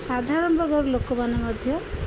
ସାଧାରଣ ବର୍ଗର ଲୋକମାନେ ମଧ୍ୟ